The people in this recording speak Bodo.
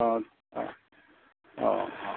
अ अ